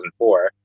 2004